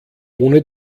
ohne